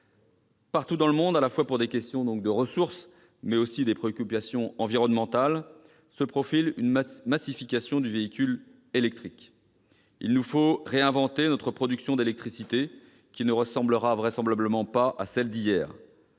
Partout dans le monde, à la fois pour des questions de ressources et pour des préoccupations environnementales, se profile une massification du véhicule électrique. Il nous faut réinventer notre production d'électricité : celle de demain ne ressemblera vraisemblablement pas à celle d'hier.